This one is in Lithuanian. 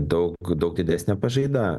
daug daug didesnė pažaida